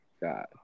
God